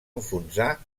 enfonsar